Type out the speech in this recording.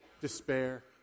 despair